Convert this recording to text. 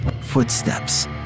footsteps